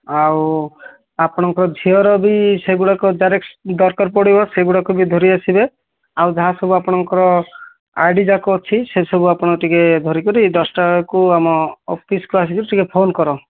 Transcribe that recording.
ଆଉ ଆପଣଙ୍କ ଝିଅର ବି ସେଗୁଡ଼ାକ ଜେରକ୍ସ ଦରକାର ପଡ଼ିବ ସେଗୁଡ଼ାକ ବି ଧରି ଆସିବେ ଆଉ ଯାହା ସବୁ ଆପଣଙ୍କର ଆଇ ଡ଼ି ଯାକ ଅଛି ସେସବୁ ଆପଣ ଟିକେ ଧରିକରି ଦଶଟାକୁ ଆମ ଅଫିସ୍କୁ ଆସି କରି ଟିକେ ଫୋନ୍ କର